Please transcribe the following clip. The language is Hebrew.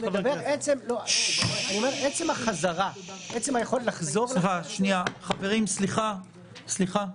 עצם היכולת לחזור לכנסת --- חברים, סליחה.